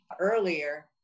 earlier